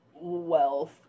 wealth